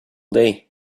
day